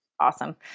Awesome